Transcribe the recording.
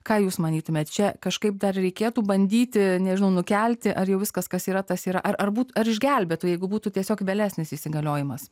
ką jūs manytumėte čia kažkaip dar reikėtų bandyti nežinau nukelti ar jau viskas kas yra tas yra ar būti ar išgelbėtų jeigu būtų tiesiog vėlesnis įsigaliojimas